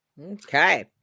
Okay